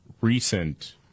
recent